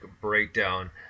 breakdown